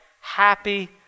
happy